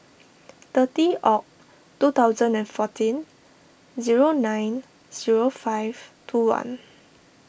thirty Oct two thousand and fourteen zero nine zero five two one